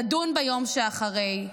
לדון ביום שאחרי,